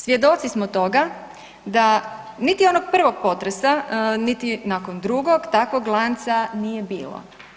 Svjedoci smo toga da niti onog prvog potresa niti nakon drugog takvog lanca nije bilo.